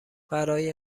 برای